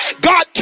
God